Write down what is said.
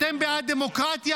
אתם בעד דמוקרטיה?